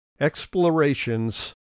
explorations